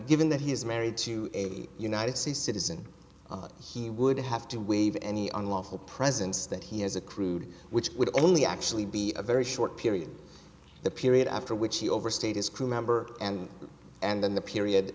given that he is married to a united states citizen he would have to waive any unlawful presence that he has accrued which would only actually be a very short period the period after which he overstayed his crewmember and and then the period